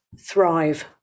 thrive